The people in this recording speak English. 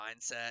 mindset